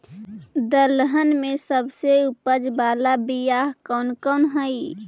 दलहन में सबसे उपज बाला बियाह कौन कौन हइ?